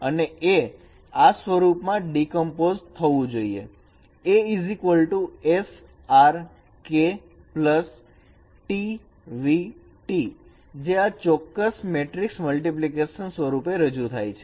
અને A ને આ સ્વરૂપમાં ડીકમ્પોસ્ડ થવું જોઈએ AsRK tvT જે આ ચોક્કસ મેટ્રિકસ મલ્ટીપ્લિકેશન સ્વરૂપે રજૂ થાય છે